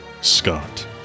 Scott